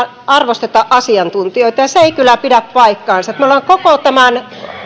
arvosta asiantuntijoita se ei kyllä pidä paikkaansa me olemme koko tämän